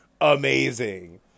amazing